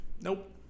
Nope